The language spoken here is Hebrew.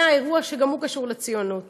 היה אירוע שגם הוא קשור לציונות